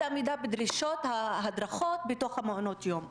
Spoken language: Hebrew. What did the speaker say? עמידה בדרישות הדרכות בתוך מעונות היום.